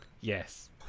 Yes